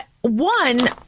one